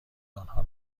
آنها